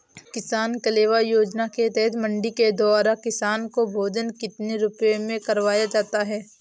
किसान कलेवा योजना के तहत मंडी के द्वारा किसान को भोजन कितने रुपए में करवाया जाता है?